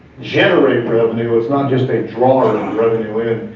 generate revenue, it's not just a drawer of revenue in,